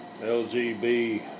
LGB